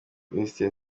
minisitiri